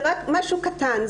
זה רק משהו קטן,